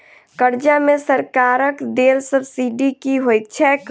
कर्जा मे सरकारक देल सब्सिडी की होइत छैक?